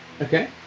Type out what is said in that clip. Okay